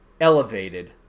elevated